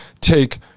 take